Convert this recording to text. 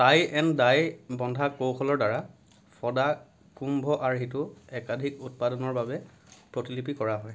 Tai and die বন্ধা কৌশলৰ দ্বাৰা ফডা কুম্ভ আৰ্হিটো একাধিক উৎপাদনৰ বাবে প্ৰতিলিপি কৰা হয়